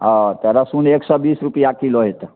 हँ तऽ रसून एक सए बीस रुपिआ किलो हेतो